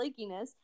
flakiness